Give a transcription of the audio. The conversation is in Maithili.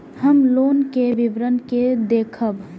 हम लोन के विवरण के देखब?